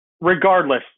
regardless